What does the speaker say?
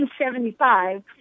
1975